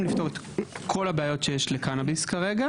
לפתור את כל הבעיות שיש לקנביס כרגע.